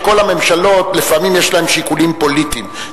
שלכל הממשלות לפעמים יש שיקולים פוליטיים,